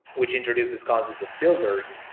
which introduces concept of builders,